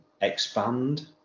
expand